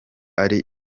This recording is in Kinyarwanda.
ari